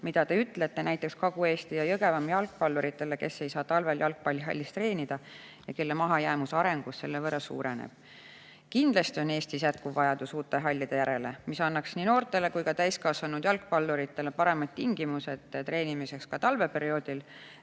"Mida Te ütlete näiteks Kagu-Eesti ja Jõgevamaa jalgpallurite, kes ei saa talvel jalgpallihallis treenida ja kelle mahajäämus arengus sellevõrra suureneb?" Kindlasti on Eestis jätkuv vajadus uute hallide järele, mis annaks nii noortele kui ka täiskasvanud jalgpalluritele paremad tingimused treenimiseks ka talveperioodil.